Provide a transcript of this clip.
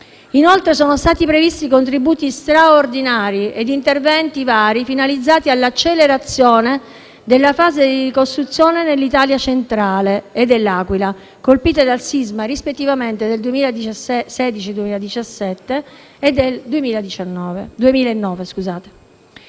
Inoltre, sono stati previsti contributi straordinari e interventi vari finalizzati all'accelerazione della fase di ricostruzione nelle zone dell'Italia centrale e dell'Aquila, colpite dal sisma del 2016-2017 e del sisma